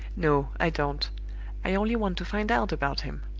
no, i don't i only want to find out about him.